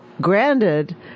granted